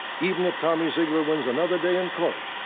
even if tommy zeigler wins another day in court,